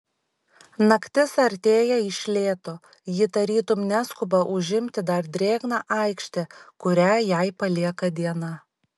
naktis artėja iš lėto ji tarytum neskuba užimti dar drėgną aikštę kurią jai palieka diena